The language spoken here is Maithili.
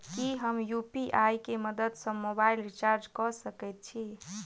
की हम यु.पी.आई केँ मदद सँ मोबाइल रीचार्ज कऽ सकैत छी?